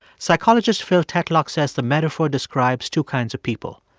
psychologist phil tetlock says the metaphor describes two kinds of people.